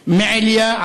7%; מעיליא,